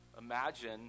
imagine